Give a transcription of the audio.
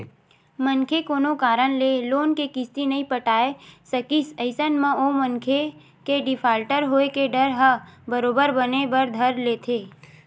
मनखे कोनो कारन ले लोन के किस्ती नइ पटाय सकिस अइसन म ओ मनखे के डिफाल्टर होय के डर ह बरोबर बने बर धर लेथे